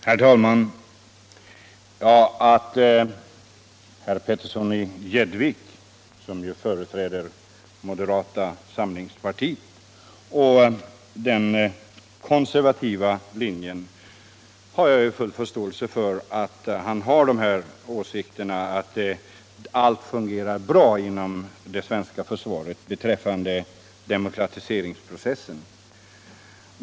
Herr talman! Jag har full förståelse för att herr Petersson i Gäddvik, som ju företräder moderata samlingspartiet och den konservativa linjen, har åsikten att allt fungerar bra inom det svenska försvaret beträffande demokratiseringsprocessen.